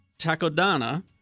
Takodana